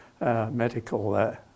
medical